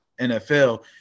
NFL